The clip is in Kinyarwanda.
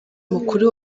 mukuru